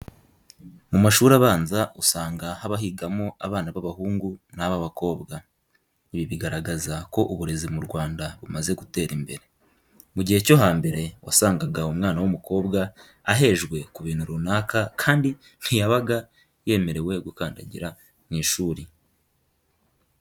Mu mashuri abanza usanga haba higamo abana b'abahungu n'ab'abakobwa. Ibi bigaragaza ko uburezi mu Rwanda bumaze gutera imbere. Mu gihe cyo hambere wasangaga umwana w'umukobwa ahejwe ku bintu runaka kandi ntiyabaga yemerewe gukandagira mu ishuri.